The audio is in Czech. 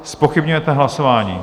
Zpochybňujete hlasování.